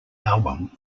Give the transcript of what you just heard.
album